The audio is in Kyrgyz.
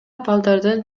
балдардын